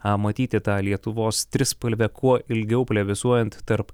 matyti tą lietuvos trispalve kuo ilgiau plevėsuojant tarp